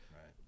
Right